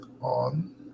on